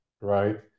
right